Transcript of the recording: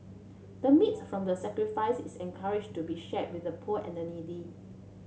the meat from the sacrifice is encouraged to be shared with the poor and needy